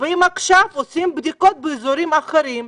ועכשיו עושים בדיקות באזורים אחרים?